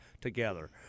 together